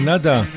nada